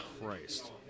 Christ